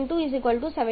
5 nN2 75